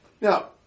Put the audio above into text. Now